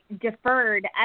deferred